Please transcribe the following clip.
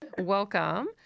welcome